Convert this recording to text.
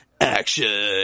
Action